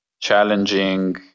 challenging